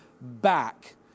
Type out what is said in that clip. back